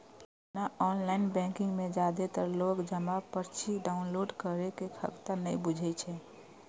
ओना online banking मे जादेतर लोक जमा पर्ची डॉउनलोड करै के खगता नै बुझै छै